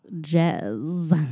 jazz